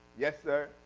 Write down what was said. yes sir,